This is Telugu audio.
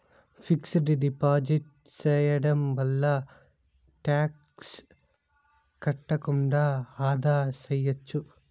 ఫిక్స్డ్ డిపాజిట్ సేయడం వల్ల టాక్స్ కట్టకుండా ఆదా సేయచ్చు